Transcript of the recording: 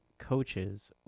coaches